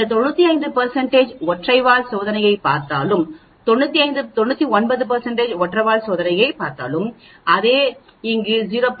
நீங்கள் 99 ஒற்றை வால் சோதனையைப் பார்த்தாலும் 99 ஒற்றை வால் சோதனையைப் பார்ப்போம் அதாவது இங்கே 0